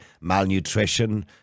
malnutrition